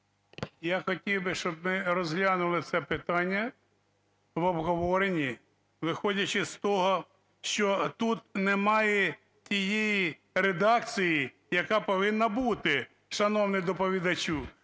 Я хотів би, щоб ми розглянули це питання в обговоренні, виходячи з того, що тут немає тієї редакції, яка повинна бути, шановний доповідачу.